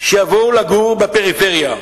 שיבואו לגור בפריפריה,